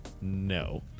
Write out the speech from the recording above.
no